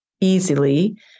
easily